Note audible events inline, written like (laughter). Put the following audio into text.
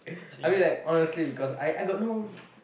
I mean like honestly because I I got no (noise)